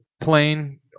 plane